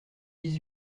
dix